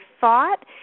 thought